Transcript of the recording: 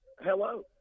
Hello